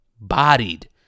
Bodied